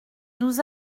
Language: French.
nous